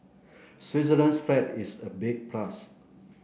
Switzerland's flag is a big plus